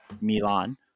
Milan